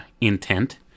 intent